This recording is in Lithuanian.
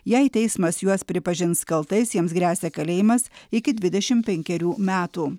jei teismas juos pripažins kaltais jiems gresia kalėjimas iki dvidešimt penkerių metų